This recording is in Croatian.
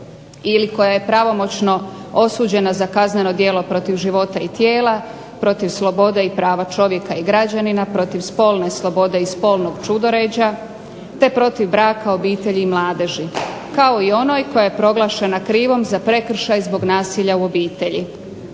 ili koja je pravomoćno osuđena za kazneno djelo protiv života i tijela, protiv sloboda i prava čovjeka i građanina, protiv spolne slobode i spolnog ćudoređa, te protiv braka, obitelji i mladeži, kao i onoj koja je proglašena krivom za prekršaj zbog nasilja u obitelji,